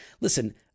Listen